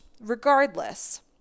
Regardless